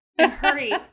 Hurry